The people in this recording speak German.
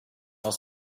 aus